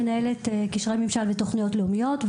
מנהלת קשרי ממשל ותוכניות לאומיות.